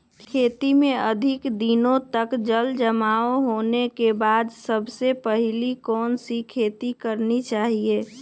खेत में अधिक दिनों तक जल जमाओ होने के बाद सबसे पहली कौन सी खेती करनी चाहिए?